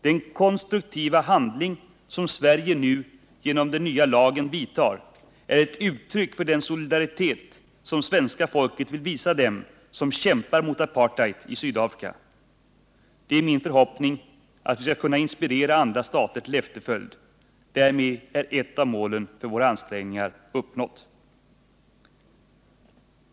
Den konstruktiva åtgärd som Sverige nu genom den nya lagen vidtar, är ett uttryck för den solidaritet som svenska folket vill visa dem som kämpar mot apartheid i Sydafrika. Det är min förhoppning att vi skall kunna inspirera andra stater till efterföljd. Därmed skulle ett av målen för våra ansträngningar vara uppnått.